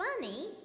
funny